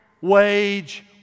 wage